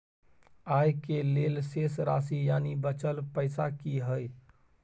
आय के लेल शेष राशि यानि बचल पैसा की हय?